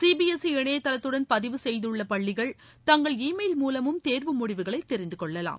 CBSE இணையதளத்துடன் பதிவு செய்துள்ள பள்ளிகள் தங்கள் இ மெயில் மூலமும் தேர்வு முடிவுகளை தெரிந்து கொள்ளலாம்